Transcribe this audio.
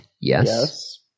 Yes